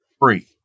free